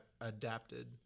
adapted